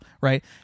right